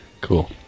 Cool